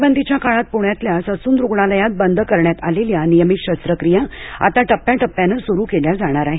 टाळेबंदीच्या काळात पृण्यातल्या ससून रुग्णालयात बंद करण्यात आलेल्या नियमित शस्त्रक्रिया आता टप्प्याटप्यानं सूरू केल्या जाणार आहेत